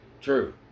true